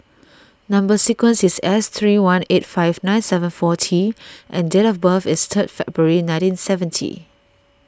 Number Sequence is S three one eight five nine seven four T and date of birth is three February nineteen seventy